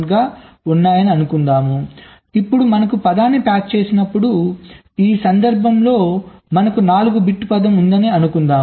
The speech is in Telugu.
కాబట్టి ఇప్పుడు మనకు పదాన్ని ప్యాక్ చేసినప్పుడు ఈ సందర్భంలో మనకు 4 బిట్ పదం ఉందని అనుకుందాం